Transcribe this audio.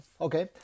Okay